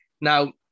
Now